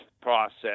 process